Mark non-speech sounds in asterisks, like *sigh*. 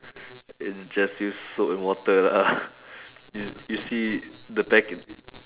*noise* just use soap and water lah *breath* you you see the packe~